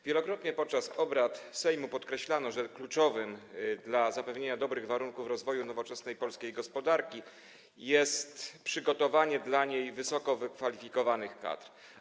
Wielokrotnie podczas obrad Sejmu podkreślano, że kluczowe dla zapewnienia dobrych warunków rozwoju nowoczesnej polskiej gospodarki jest przygotowanie dla niej wysoko wykwalifikowanych kadr.